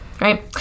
right